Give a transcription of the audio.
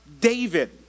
David